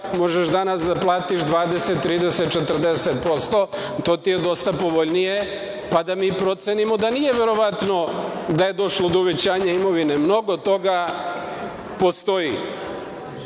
možeš danas da platiš 20%, 30%, 40%. To ti je dosta povoljnije, pa da mi procenimo da nije verovatno, da je došlo do uvećanja imovine. Mnogo toga postoji. Znači,